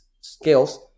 skills